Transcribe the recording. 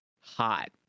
hot